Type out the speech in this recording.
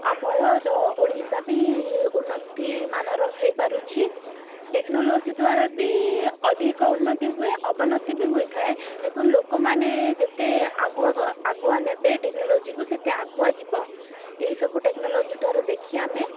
ଆମର ଓଡ଼ିଶା ବି ଉନ୍ନତିମାନର ହୋଇପାରୁଛି ଟେକ୍ନୋଲୋଜି ଦ୍ୱାରା ବି ଅଧିକ ଉନ୍ନତି ହୁଏ ଅବନ୍ନତି ବି ହୋଇଥାଏ ଦେଖନ୍ତୁ ଲୋକମାନେ ଯେତେ ଆଗୁଆ ଆଗୁଆ ନେବେ ଟେକ୍ନୋଲୋଜିକୁ ସେତେ ଆଗୁଆ ଯିବ ଏହିସବୁ ଟେକ୍ନୋଲୋଜି ଦ୍ୱାରା ଦେଖି ଆମେ